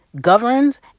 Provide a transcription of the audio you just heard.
governs